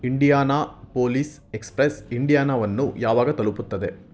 Indianapolis express ಇಂಡಿಯಾನಾವನ್ನು ಯಾವಾಗ ತಲುಪುತ್ತದೆ